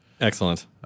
Excellent